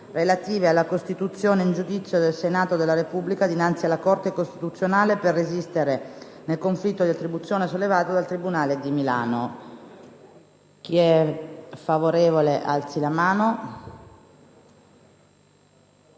relative alla costituzione in giudizio del Senato della Repubblica dinanzi alla Corte costituzionale per resistere nel conflitto di attribuzione sollevato dal tribunale di Monza - sezione distaccata